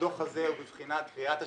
הדוח הזה הוא בבחינת קריאת השכמה,